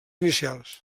inicials